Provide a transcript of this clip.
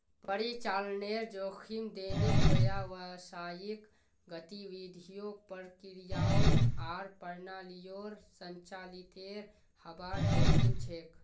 परिचालनेर जोखिम दैनिक व्यावसायिक गतिविधियों, प्रक्रियाओं आर प्रणालियोंर संचालीतेर हबार जोखिम छेक